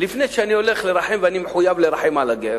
לפני שאני הולך לרחם, ואני מחויב לרחם על הגר